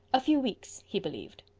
a few weeks, he believed.